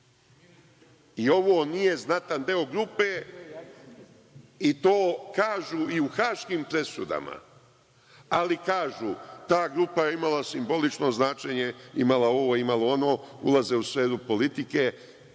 I ovo nije znatan deo grupe i to kažu i u haškim presudama, ali kažu – ta grupa je imala simbolično značenje, imala ovo, imala ono. Ulaze u sferu politike